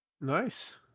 nice